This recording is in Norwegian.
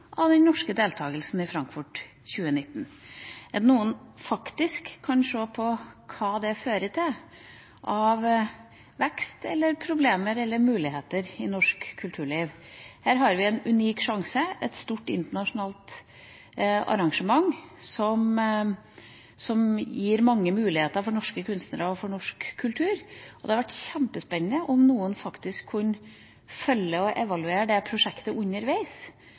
av den norske deltakelsen i Frankfurt 2019, at noen faktisk kan se på hva det fører til av vekst, problemer eller muligheter i norsk kulturliv. Her har vi en unik sjanse, et stort internasjonalt arrangement, som gir mange muligheter for norske kunstnere og for norsk kultur, og det hadde vært kjempespennende om noen faktisk kunne følge og evaluere det prosjektet underveis,